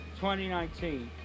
2019